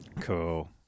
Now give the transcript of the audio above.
cool